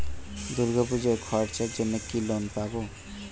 দূর্গাপুজোর খরচার জন্য কি লোন পাব?